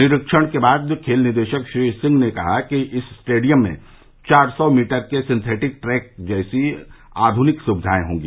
निरीक्षण के बाद खेल निदेशक श्री सिंह ने कहा कि इस स्टेडियम में चार सौ मीटर के सिन्थेटिक ट्रैक जैसी आध्निक सुविधाएं होंगी